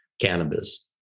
cannabis